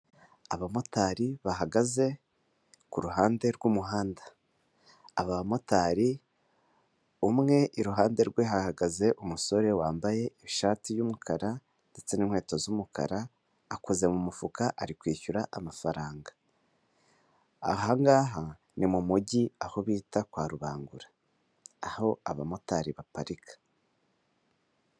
Abamotari bahagaze ku ruhande rw'umuhanda. Aba bamotari, umwe iruhande rwe hahagaze umusore wambaye ishati y'umukara ndetse n'inkweto z'umukara, akoze mu mufuka ari kwishyura amafaranga. Aha ngaha ni mu Mujyi aho bita kwa Rubangura. Aho abamotari baparika.